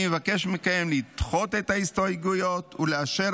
אני מבקש מכם לדחות את ההסתייגויות ולאשר